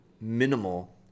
minimal